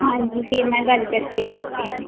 ਹਾਂਜੀ ਫਿਰ ਮੈਂ ਗੱਲ ਕਰਕੇ ਦੇਖਦੀ ਆ